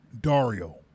Dario